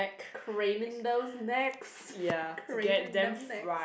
craning those necks craning them necks